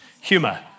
Humour